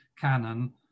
canon